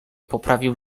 poprawił